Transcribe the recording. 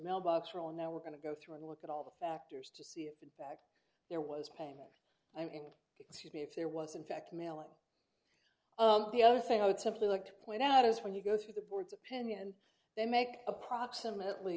mailbox rule and now we're going to go through and look at all the factors to see if in fact there was payment i mean excuse me if there was in fact mail and the other thing i would simply like to point out is when you go through the board's opinion and they make approximately